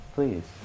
Please